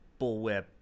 bullwhip